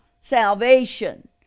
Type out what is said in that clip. salvation